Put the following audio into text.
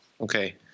okay